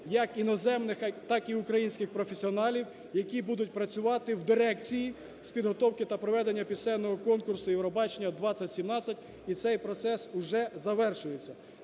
як іноземних так і українських професіоналів, які будуть працювати в дирекції з підготовки та проведення пісенного конкурсу "Євробачення-2017", і цей процес вже завершується,